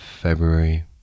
February